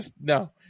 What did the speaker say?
no